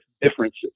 differences